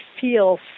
feel